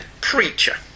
Preacher